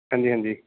ਹਾਂਜੀ ਹਾਂਜੀ